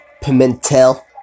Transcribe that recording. Pimentel